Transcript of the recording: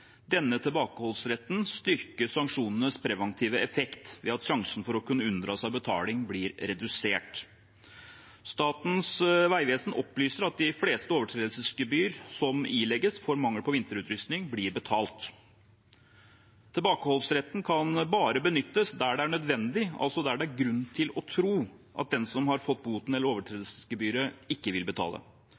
Denne tilbakeholdsretten styrker sanksjonenes preventive effekt ved at sjansen for å kunne unndra seg betaling blir redusert. Statens vegvesen opplyser at de fleste overtredelsesgebyr som ilegges for mangel på vinterutrustning, blir betalt. Tilbakeholdsretten kan bare benyttes der det er nødvendig, altså der det er grunn til å tro at den som har fått boten eller overtredelsesgebyret, ikke vil betale.